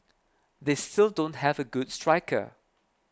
they still don't have a good striker